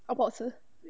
oh 不好吃